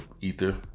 Ether